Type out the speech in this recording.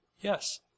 Yes